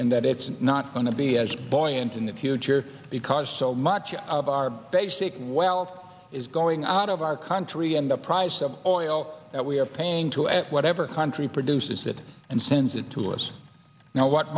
and that it's not going to be as buoyant in the future because so much of our basic wealth is going out of our country and the price of oil that we are paying to at whatever country produces it and sends it to us now what